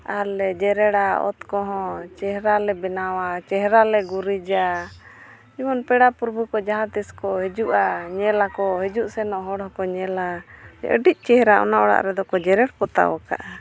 ᱟᱨᱞᱮ ᱡᱮᱨᱮᱲᱟ ᱚᱛ ᱠᱚ ᱦᱚᱸ ᱪᱮᱦᱨᱟ ᱞᱮ ᱵᱮᱱᱟᱣᱟ ᱪᱮᱦᱨᱟᱞᱮ ᱜᱩᱨᱤᱡᱟ ᱡᱮᱢᱚᱱ ᱯᱮᱲᱟ ᱯᱚᱨᱵᱷᱩ ᱠᱚ ᱡᱟᱦᱟᱸᱛᱤᱥ ᱠᱚ ᱦᱤᱡᱩᱜᱼᱟ ᱧᱮᱞ ᱟᱠᱚ ᱦᱤᱡᱩᱜ ᱥᱮᱱᱚᱜ ᱦᱚᱲ ᱦᱚᱸᱠᱚ ᱧᱮᱞᱟ ᱟᱹᱰᱤ ᱪᱮᱦᱨᱟ ᱚᱱᱟ ᱚᱲᱟᱜ ᱨᱮᱫᱚ ᱠᱚ ᱡᱮᱨᱮᱲ ᱯᱚᱛᱟᱣ ᱟᱠᱟᱜᱼᱟ